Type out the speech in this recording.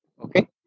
Okay